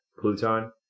Pluton